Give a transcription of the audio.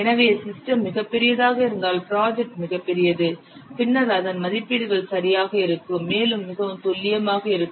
எனவே சிஸ்டம் மிகப் பெரியதாக இருந்தால் ப்ராஜெக்ட் மிகப் பெரியது பின்னர் அதன் மதிப்பீடுகள் சரியாக இருக்கும் மேலும் மிகவும் துல்லியமாக இருக்கும்